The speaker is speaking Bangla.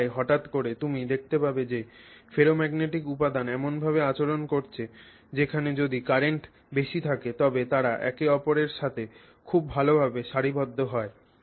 এবং তাই হঠাৎ করে তুমি দেখতে পাবে যে ফেরোম্যাগনেটিক উপাদান এমনভাবে আচরণ করছে যেখানে যদি কারেন্ট বেশি থাকে তবে তারা একে অপরের সাথে খুব ভালভাবে সারিবদ্ধ হয়